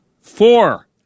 four